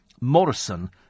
Morrison